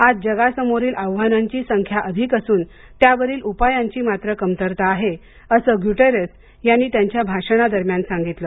आज जगासमोरील आव्हानांची संख्या अधिक असून त्यावरील उपायांची मात्र कमतरता आहे असं गूटेरेस यांनी त्यांच्या भाषणादरम्यान सांगितलं